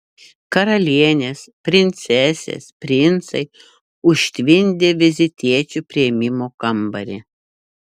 karalienės princesės princai užtvindė vizitiečių priėmimo kambarį